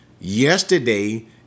yesterday